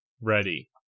ready